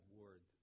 word